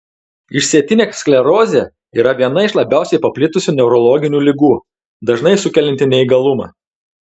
išsėtinė sklerozė yra viena iš labiausiai paplitusių neurologinių ligų dažnai sukelianti neįgalumą